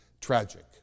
tragic